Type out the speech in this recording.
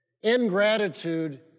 Ingratitude